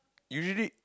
usually